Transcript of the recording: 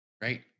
right